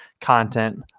content